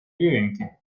viventi